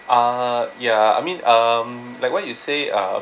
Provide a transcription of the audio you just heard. uh ya I mean um like what you say uh